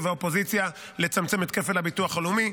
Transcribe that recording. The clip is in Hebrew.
ומהאופוזיציה לצמצם את כפל הביטוח הלאומי.